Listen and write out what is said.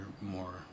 more